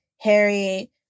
Harry